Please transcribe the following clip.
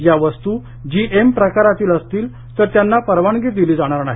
या वस्तू जीएम प्रकारातील असतील तर त्यांना परवानगी दिली जाणार नाही